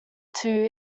two